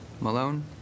Malone